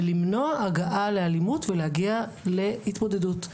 למנוע הגעה לאלימות ולהגיע להתמודדות.